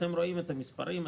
אתם רואים את המספרים,